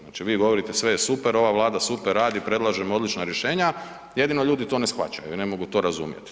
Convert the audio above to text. Znači vi govorite, sve je super, ova Vlada super radi, predlažemo odlična rješenja, jedino ljudi to ne shvaćaju, ne mogu to razumjet.